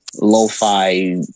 lo-fi